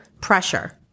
pressure